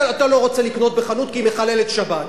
אתה לא רוצה לקנות בחנות כי היא מחללת שבת,